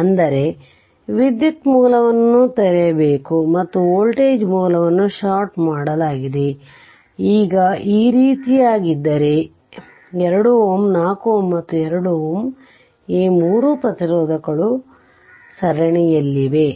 ಅಂದರೆ ವಿದ್ಯುತ್ ಮೂಲವನ್ನು ತೆರೆಯಬೇಕು ಮತ್ತು ವೋಲ್ಟೇಜ್ ಮೂಲವನ್ನು ಷಾರ್ಟ್ ಮಾಡಲಾಗಿದೆ ಈಗ ಈ ರೀತಿಯಾಗಿದ್ದರೆ 2 Ω 4 Ω ಮತ್ತು 2 Ω ಈ 3 ಪ್ರತಿರೋಧಕಗಳು ಸರಣಿಯಲ್ಲಿವೆ